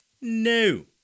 no